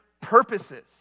purposes